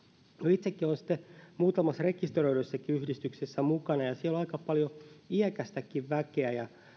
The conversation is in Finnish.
itsekin olen muutamissa rekisteröidyissäkin yhdistyksissä mukana ja siellä on aika paljon iäkästäkin väkeä ja